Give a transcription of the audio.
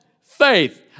faith